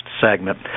segment